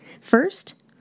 First